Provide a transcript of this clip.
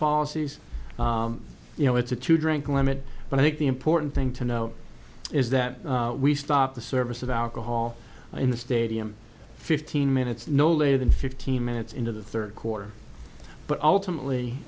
policies you know it's a two drink limit but i think the important thing to know is that we stop the service of alcohol in the stadium fifteen minutes no later than fifteen minutes into the third quarter but ultimately